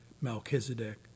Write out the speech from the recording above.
Melchizedek